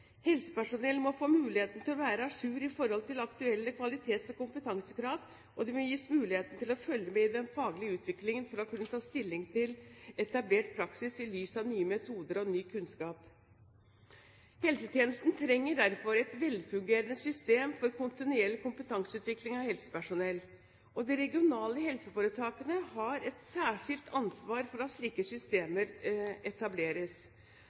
Helsepersonell må få muligheten til å være à jour når det gjelder aktuelle kvalitets- og kompetansekrav, og de må gis muligheten til å følge med i den faglige utviklingen for å kunne ta stilling til etablert praksis i lys av nye metoder og ny kunnskap. Helsetjenesten trenger derfor et velfungerende system for kontinuerlig kompetanseutvikling av helsepersonell. Og de regionale helseforetakene har et særskilt ansvar for at slike systemer etableres.